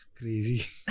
Crazy